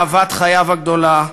אהבת חייו הגדולה,